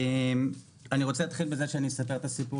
אני רוצה להתחיל בזה שאני אספר את הסיפור